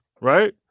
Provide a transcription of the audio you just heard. right